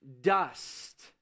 dust